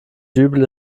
dübel